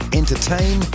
entertain